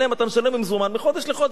אתה משלם במזומן מחודש לחודש.